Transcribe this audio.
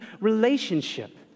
relationship